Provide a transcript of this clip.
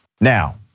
Now